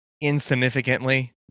insignificantly